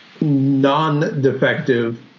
non-defective